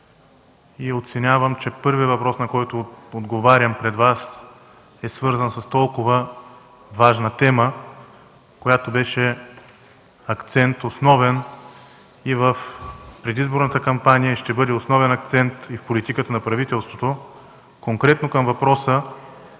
Оценявам, че първият въпрос, на който отговарям пред Вас, е свързан с толкова важна тема, която беше основен акцент и в предизборната кампания, ще бъде основен акцент и в политиката на правителството. Конкретно към въпроса.